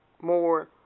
more